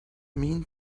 mean